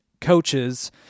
coaches